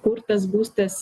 kur tas būstas